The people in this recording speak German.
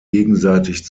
gegenseitig